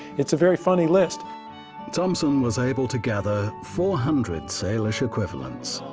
it's a very funny list thompson was able to gather four hundred salish equivalents.